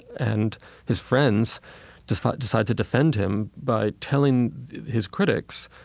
and his friends decide decide to defend him by telling his critics,